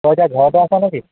তই এতিয়া ঘৰতে আছ নেকি